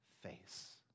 face